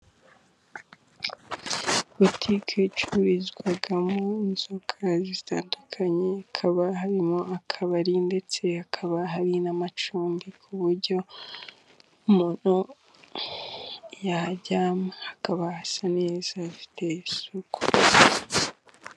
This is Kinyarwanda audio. Botike icururizwamo inzoga zitandukanye hakaba harimo akabari ndetse hakaba hari n'amacumbi ku buryo umuntu yajyamo. Hakaba hasa neza haifite isuku.